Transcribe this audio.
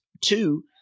Two